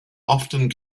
often